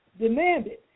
demanded